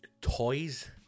toys